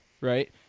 right